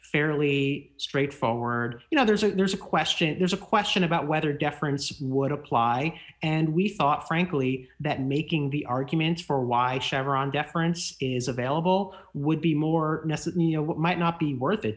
fairly straightforward you know there's a there's a question there's a question about whether deference would apply and we thought frankly that making the arguments for why chevron deference is available would be more knesset knew you know what might not be worth it